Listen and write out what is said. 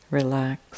relax